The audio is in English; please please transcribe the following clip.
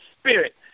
Spirit